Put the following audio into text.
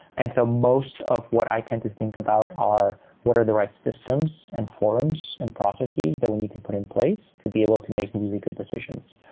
and so most of what i tend to think about are what are the right systems and forums and processes that we need to put in place to be able to make really good decisions?